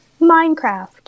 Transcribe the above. Minecraft